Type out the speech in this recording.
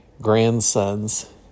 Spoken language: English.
grandsons